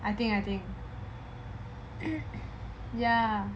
I think I think ya